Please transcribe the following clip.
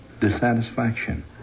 dissatisfaction